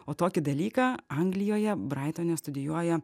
o tokį dalyką anglijoje braitone studijuoja